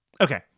Okay